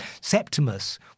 Septimus